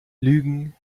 lügen